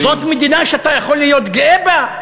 זאת מדינה שאתה יכול להיות גאה בה?